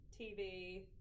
tv